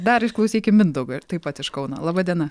dar išklausykim mindaugo ir taip pat iš kauno laba diena